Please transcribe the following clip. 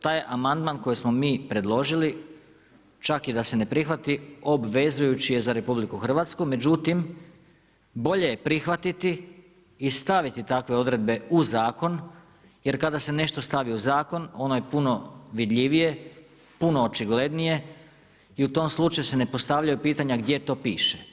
Taj amandman koji smo mi predložili, čak da se i ne prihvati, obvezujući je za RH, međutim bolje je prihvatiti i staviti takve odredbe u zakon, jer kada se nešto stavi u zakon ono je puno vidljivije, puno očiglednije i u tom slučaju se ne postavlja pitanja gdje to piše.